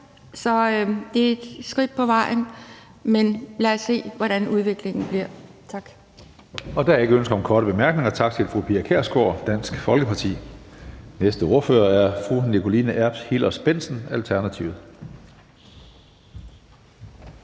og det er et skridt på vejen, men lad os se, hvordan udviklingen bliver. Tak. Kl. 16:58 Tredje næstformand (Karsten Hønge): Der er ikke ønske om korte bemærkninger. Tak til fru Pia Kjærsgaard, Dansk Folkeparti. Næste ordfører er fru Nikoline Erbs Hillers-Bendtsen, Alternativet.